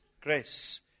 grace